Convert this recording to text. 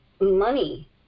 money